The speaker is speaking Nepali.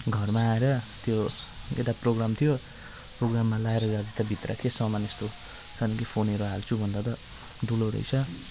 घरमा आएर त्यो यता प्रोग्राम थियो प्रोग्राममा लगाएर जाँदा त भित्र के सामान यस्तो फोनहरू हाल्छु भन्दा त दुलो रहेछ